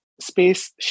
space